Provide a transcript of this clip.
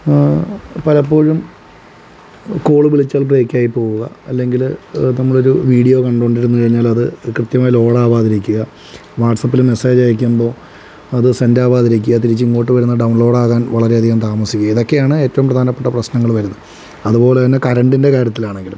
പലപ്പോഴും കോൾ വിളിച്ചാൽ ബ്രേക്ക് ആയിപ്പോവുക അല്ലെങ്കിൽ നമ്മൾ ഒരു വീഡിയോ കണ്ടുകൊണ്ടിരുന്നു കഴിഞ്ഞാലത് കൃത്യമായി ലോഡ് ആവാതെ ഇരിക്കുക വാട്സാപ്പിൽ മെസ്സേജ് അയയ്ക്കുമ്പോൾ അത് സെൻഡ് ആവാതെ ഇരിക്കുക തിരിച്ച് ഇങ്ങോട്ട് വരുന്നത് ഡൗൺലോഡ് ആകാൻ വളരെയധികം താമസിക്കുക ഇതൊക്കെയാണ് ഏറ്റവും പ്രധാനപ്പെട്ട പ്രശ്നങ്ങൾ വരുന്നത് അതുപോലെ തന്നെ കറണ്ടിൻ്റെ കാര്യത്തിലാണെങ്കിലും